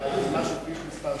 של כביש 6,